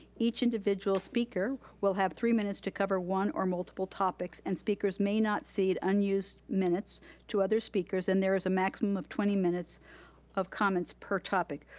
each individual speaker will have three minutes to cover one or multiple topics, and speakers may not cede unused minutes to other speakers. and there is a maximum of twenty minutes of comments per topic.